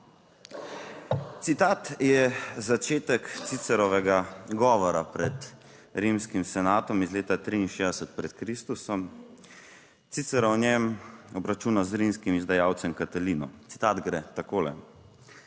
Citat je začetek Cicerovega govora pred rimskim senatom iz leta 1963 pred Kristusom. Cicer o njem obračuna z rimskim izdajalcem Katalino. Citat gre takole: